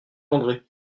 andré